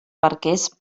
barquers